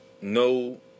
no